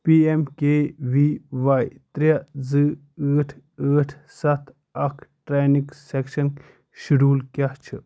P M K V Y ترٛےٚ زٕ ٲٹھ ٲٹھ سَتھ اکھ ٹرٛینِنٛگ سیٚکشن شیٚڈول کیٛاہ چھُ